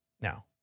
Now